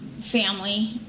family